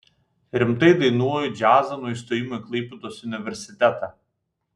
rimtai dainuoju džiazą nuo įstojimo į klaipėdos universitetą